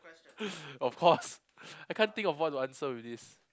of course I can't think of what to answer with this